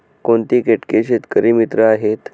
कोणती किटके शेतकरी मित्र आहेत?